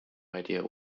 idea